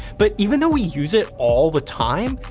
but even though we use it all the time,